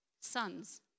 sons